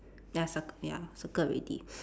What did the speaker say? ya circ~ ya circle already